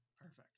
perfect